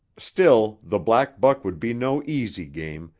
still, the black buck would be no easy game,